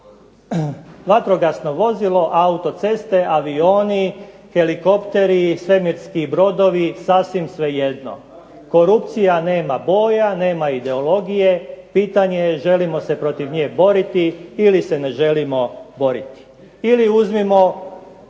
vatrogasno vozilo, autoceste, avioni, helikopteri i svemirski brodovi sasvim svejedno. Korupcija nema boja, nema ideologije. Pitanje je želimo se protiv nje boriti ili se ne želimo boriti? Ili uzmimo